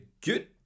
good